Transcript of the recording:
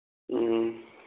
ꯎꯝ